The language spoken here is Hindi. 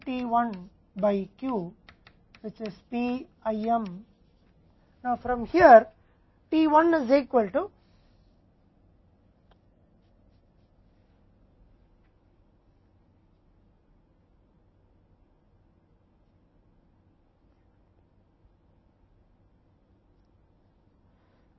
तो P s by Q P minus D तो अब हम इन सभी भावों को प्राप्त कर चुके हैं जो इन सभी से संबंधित हैं